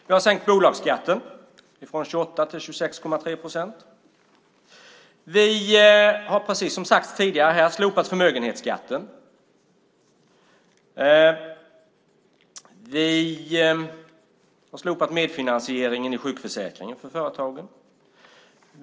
Vi har sänkt bolagsskatten från 28 till 26,3 procent. Vi har, som har sagts tidigare, slopat förmögenhetsskatten. Vi har slopat medfinansieringen i sjukförsäkringen för företag.